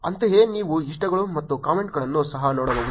ಅಂತೆಯೇ ನೀವು ಇಷ್ಟಗಳು ಮತ್ತು ಕಾಮೆಂಟ್ಗಳನ್ನು ಸಹ ನೋಡಬಹುದು